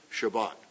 Shabbat